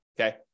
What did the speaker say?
okay